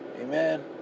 Amen